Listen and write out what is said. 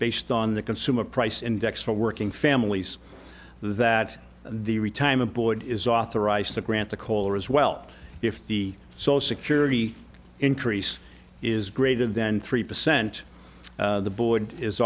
based on the consumer price index for working families that the retirement board is authorized to grant the koehler as well if the so security increase is greater than three percent the board is